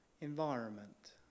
environment